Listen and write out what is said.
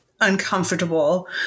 uncomfortable